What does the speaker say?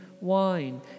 wine